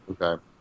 Okay